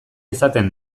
izaten